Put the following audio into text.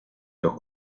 los